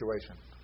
situation